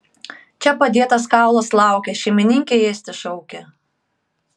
čia padėtas kaulas laukia šeimininkė ėsti šaukia